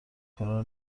کارا